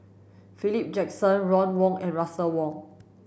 Philip Jackson Ron Wong and Russel Wong